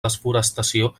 desforestació